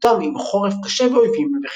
ואת התמודדותם עם חורף קשה ואויבים,